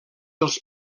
els